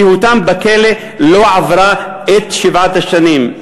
שהותם בכלא לא עברה את שבע השנים.